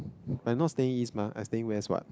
but I not staying East mah I staying West what